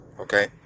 Okay